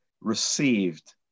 received